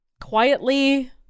quietly